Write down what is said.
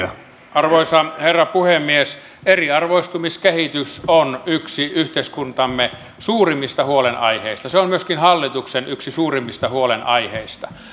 arvoisa herra puhemies eriarvoistumiskehitys on yksi yhteiskuntamme suurimmista huolenaiheista se on myöskin hallituksen yksi suurimmista huolenaiheista